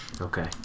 Okay